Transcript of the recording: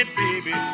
baby